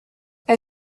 est